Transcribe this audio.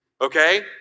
okay